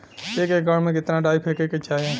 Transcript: एक एकड़ में कितना डाई फेके के चाही?